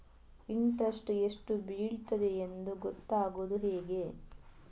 Interest ಎಷ್ಟು ಬೀಳ್ತದೆಯೆಂದು ಗೊತ್ತಾಗೂದು ಹೇಗೆ?